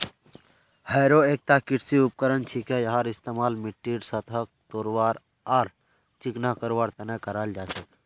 harrow एकता कृषि उपकरण छिके यहार इस्तमाल मिट्टीर सतहक तोड़वार आर चिकना करवार तने कराल जा छेक